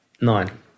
nine